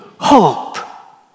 hope